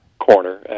Corner